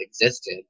existed